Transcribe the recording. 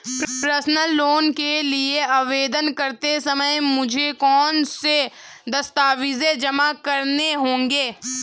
Personal loan के लिए आवेदन करते समय मुझे कौन से दस्तावेज़ जमा करने होंगे?